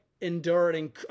enduring